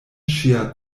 ŝia